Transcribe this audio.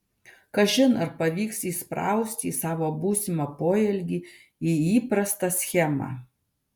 kažin ar pavyks įsprausti savo būsimą poelgį į įprastą schemą